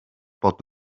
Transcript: bod